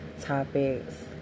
Topics